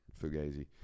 Fugazi